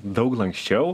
daug lanksčiau